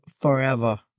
forever